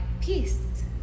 peace